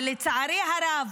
ולצערי הרב,